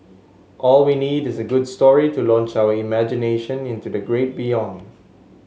all we need is a good story to launch our imagination into the great beyond